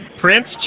Prince